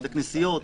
בבתי כנסיות.